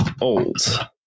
old